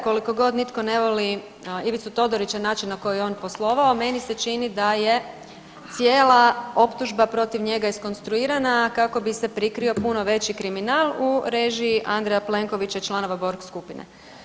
Koliko god nitko ne voli Ivicu Todoriću i načina na koji je on poslovao meni se čini da je cijela optužba protiv njega iskonstruirana kako bi se prikrio puno veći kriminal u režiji Andreja Plenkovića i članova borg skupine.